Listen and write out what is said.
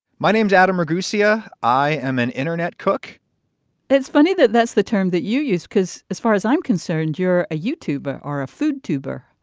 my name's adam ragusa. i am an internet cook it's funny that that's the term that you use, because as far as i'm concerned, you're a youtube are a food tuber.